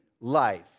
life